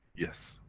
yes.